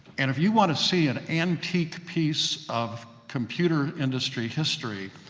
and if you want to see an antique piece of computer industry history,